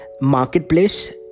marketplace